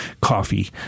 coffee